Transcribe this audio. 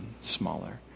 smaller